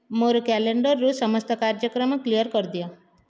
ମୋର କ୍ୟାଲେଣ୍ଡରୁ ସମସ୍ତ କାର୍ଯ୍ୟକ୍ରମ କ୍ଲିଅର୍ କରିଦିଅ